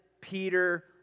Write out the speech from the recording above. Peter